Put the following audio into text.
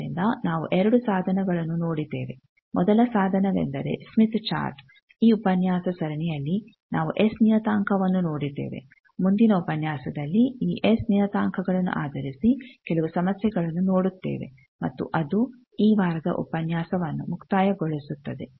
ಆದ್ದರಿಂದ ನಾವು ಎರಡು ಸಾಧನಗಳನ್ನು ನೋಡಿದ್ದೇವೆ ಮೊದಲ ಸಾಧನವೆಂದರೆ ಸ್ಮಿತ್ ಚಾರ್ಟ್ ಈ ಉಪನ್ಯಾಸ ಸರಣಿಯಲ್ಲಿ ನಾವು ಎಸ್ ನಿಯತಾಂಕವನ್ನು ನೋಡಿದ್ದೇವೆ ಮುಂದಿನ ಉಪನ್ಯಾಸದಲ್ಲಿ ಈ ಎಸ್ ನಿಯತಾಂಕಗಳನ್ನು ಆಧರಿಸಿ ಕೆಲವು ಸಮಸ್ಯೆಗಳನ್ನು ನೋಡುತ್ತೇವೆ ಮತ್ತು ಅದು ಈ ವಾರದ ಉಪನ್ಯಾಸವನ್ನು ಮುಕ್ತಾಯಗೊಳಿಸುತ್ತದೆ